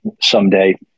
someday